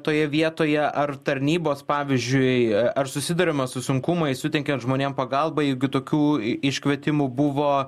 toje vietoje ar tarnybos pavyzdžiui ar susiduriama su sunkumais suteikiant žmonėm pagalbą juk tokių iškvietimų buvo